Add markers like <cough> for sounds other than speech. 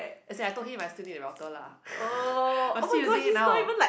as in I told him I still need the router lah <breath> I'm still using it now